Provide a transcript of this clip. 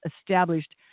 established